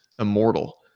immortal